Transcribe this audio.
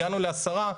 הגענו ל-10,